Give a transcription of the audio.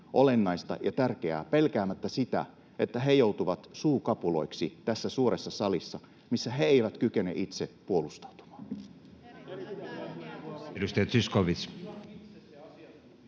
olennaista ja tärkeää pelkäämättä sitä, että he joutuvat suukapuloiksi tässä suuressa salissa, missä he eivät kykene itse puolustautumaan.